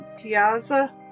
Piazza